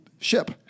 ship